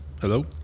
Hello